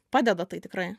padeda tai tikrai